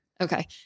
Okay